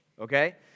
okay